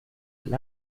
del